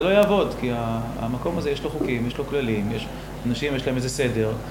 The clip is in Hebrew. זה לא יעבוד כי המקום הזה יש לו חוקים, יש לו כללים, יש אנשים, יש להם איזה סדר